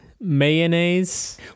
mayonnaise